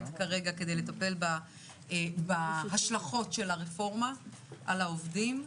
כרגע כדי לטפל בהשלכות של הרפורמה על העובדים.